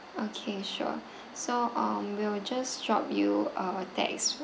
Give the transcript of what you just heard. okay sure so um we'll just drop you a text